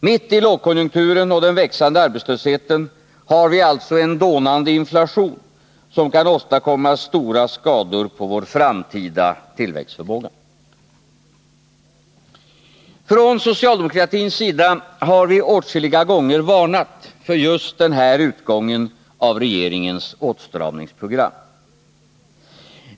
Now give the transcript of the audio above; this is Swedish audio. Mitt i lågkonjunkturen och den växande arbetslösheten har vi alltså en dånande inflation, som kan åstadkomma stora skador på vår framtida tillväxtförmåga. Från socialdemokratins sida har vi åtskilliga gånger varnat för just den här utgången av regeringens åtstramningsprogram.